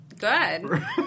good